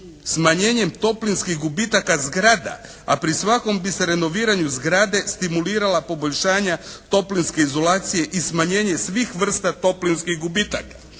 smanjenjem toplinskih gubitaka zgrada, a pri svakom bi se renoviranju zgrade stimulirala poboljšanja toplinske izolacije i smanjenje svih vrsta toplinskih gubitaka.